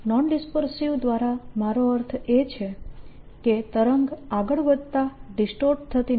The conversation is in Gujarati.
નોનડિસ્પર્સિવ દ્વારા મારો અર્થ એ છે કે તરંગ આગળ વધતા ડિસ્ટોર્ટ થતી નથી